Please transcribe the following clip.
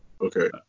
Okay